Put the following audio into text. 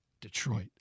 Detroit